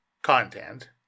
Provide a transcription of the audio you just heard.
content